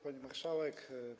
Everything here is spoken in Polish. Pani Marszałek!